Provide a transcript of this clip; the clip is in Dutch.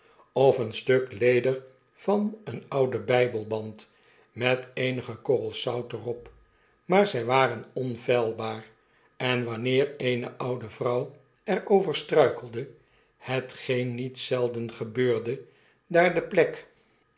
of een stuk leder van een ouden bpelband met eenige korrels zout er op maar zij waren onfeilbaar en wanneer eene oude vrouw er over struikelde hetgeen niet zelden gebeurde daar de plek